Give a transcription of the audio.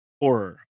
horror